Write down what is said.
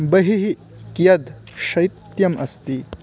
बहिः कियत् शैत्यम् अस्ति